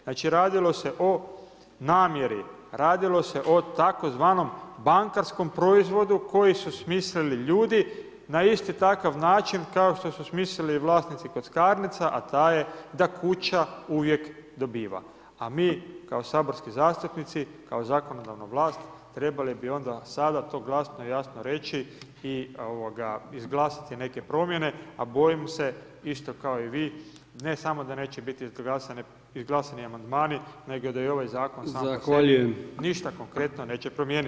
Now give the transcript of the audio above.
Znači radilo se o namjeri, radilo se tzv. bankarskom proizvodu koji su smislili ljudi na isti takav način kao što su smislili i vlasnici kockarnica, a taj je da kuća uvijek dobiva, a mi kao saborski zastupnici kao zakonodavna vlast trebali bi onda sada to glasno i jasno reći i izglasati neke promjene, a bojim se isto kao i vi ne samo da neće biti izglasani amandmani, nego da i ovaj zakon sam po sebi ništa konkretno neće promijeniti.